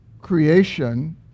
creation